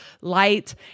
light